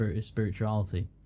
spirituality